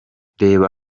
reba